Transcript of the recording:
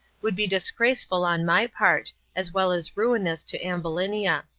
would be disgraceful on my part, as well as ruinous to ambulinia.